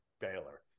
Baylor